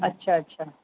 अछा अछा